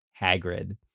Hagrid